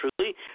truly